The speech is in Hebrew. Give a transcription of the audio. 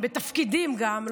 בתפקידים גם,